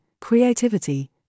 creativity